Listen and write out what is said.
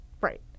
Right